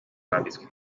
bambitswe